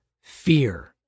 fear